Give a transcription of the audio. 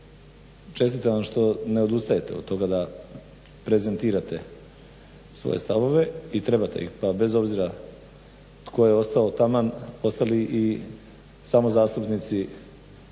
čestitam što ne odustajete od toga da prezentirate svoje stavove i trebate ih pa bez obzira tko je ostao, taman ostali i samo zastupnici